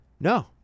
No